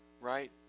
right